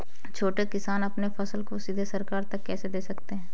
छोटे किसान अपनी फसल को सीधे सरकार को कैसे दे सकते हैं?